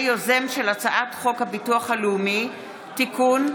יוזם של הצעת חוק הביטוח הלאומי (תיקון,